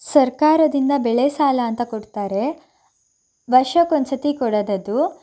ಸರ್ಕಾರದಿಂದ ಬೆಳೆ ಸಾಲ ಅಂತ ಕೊಡ್ತಾರೆ ವರ್ಷಕ್ಕೊಂದು ಸತಿ ಕೊಡೋದದು